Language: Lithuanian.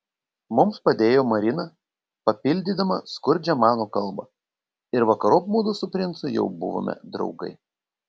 mums padėjo marina papildydama skurdžią mano kalbą ir vakarop mudu su princu jau buvome draugai